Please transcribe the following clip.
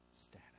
status